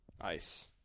Ice